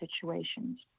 situations